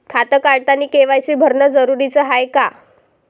खातं काढतानी के.वाय.सी भरनं जरुरीच हाय का?